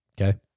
Okay